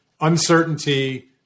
uncertainty